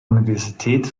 universität